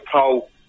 poll